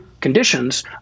conditions